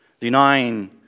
Denying